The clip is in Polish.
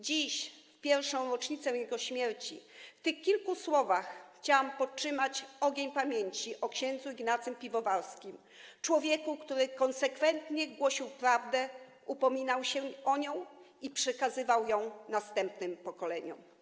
Dziś, w pierwszą rocznicę jego śmierci, w tych kilku słowach chciałam podtrzymać ogień pamięci o ks. Ignacym Piwowarskim, człowieku, który konsekwentnie głosił prawdę, upominał się o nią i przekazywał ją następnym pokoleniom.